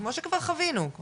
כמו שכבר חווינו.